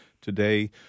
today